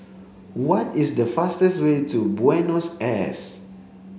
what is the fastest way to Buenos Aires